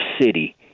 city